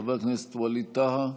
חבר הכנסת ווליד טאהא,